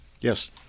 Yes